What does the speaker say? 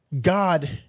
God